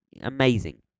amazing